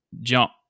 jump